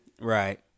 Right